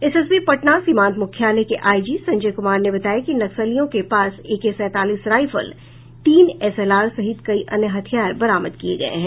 SSB Patna सीमांत मुख्यालय के आईजी संजय कुमार ने बताया कि नक्सलियों के पास से एके सैंतालीस राइफल तीन एसएलआर सहित कई अन्य हथियार बरामद किये गये हैं